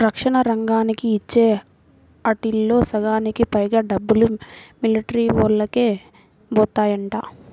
రక్షణ రంగానికి ఇచ్చే ఆటిల్లో సగానికి పైగా డబ్బులు మిలిటరీవోల్లకే బోతాయంట